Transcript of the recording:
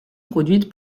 produite